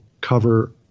cover